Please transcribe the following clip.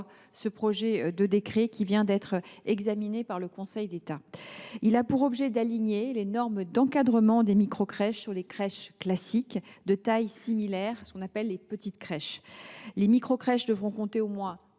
ce projet de décret, qui vient d’être examiné par le Conseil d’État. Il a pour objet d’aligner les normes d’encadrement des microcrèches sur celles des crèches classiques de taille similaire, les petites crèches. Ainsi, les microcrèches devront compter au moins